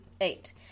eight